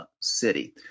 city